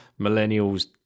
Millennials